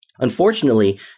Unfortunately